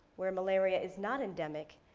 where malaria is not endemic,